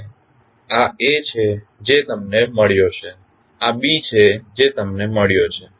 અને આ A છે જે તમને મળ્યો છે આ B છે જે તમને મળ્યો છે